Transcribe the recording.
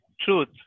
truth